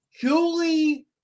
Julie